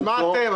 ומה אתם?